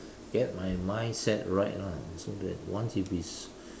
get my mindset right lah so that once if it's